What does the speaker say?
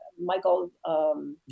Michael